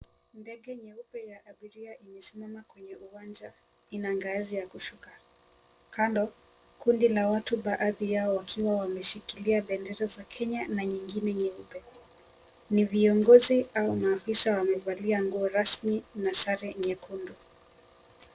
Ndege nyeupe ya abiria imesimama kwenye uwanja ina ngazi ya kushuka. Kando, kundi la watu baadhi yao wakiwa wameshikilia bendera za Kenya na nyingine nyeupe. Ni viongozi au maafisa wamevalia nguo rasmi na sare nyekendu.